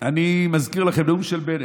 אני מזכיר לכם, נאום של בנט,